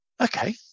Okay